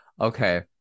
okay